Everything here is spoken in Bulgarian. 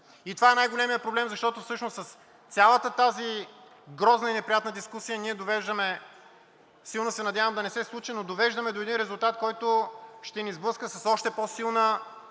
и това е най-големият проблем, защото всъщност с цялата тази грозна и неприятна дискусия ние довеждаме – силно се надявам да не се случи, но довеждаме до един резултат, който ще ни сблъска с още по-силен